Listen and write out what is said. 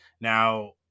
now